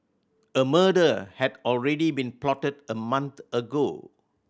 a murder had already been plotted a month ago